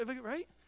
right